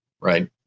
Right